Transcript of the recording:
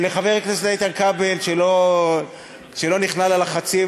לחבר הכנסת איתן כבל שלא נכנע ללחצים